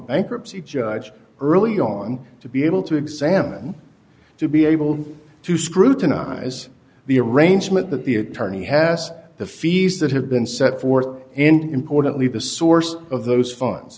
bankruptcy judge early on to be able to examine to be able to scrutinize the arrangement that the attorney has the fees that have been set forth and importantly the source of those funds